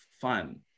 fun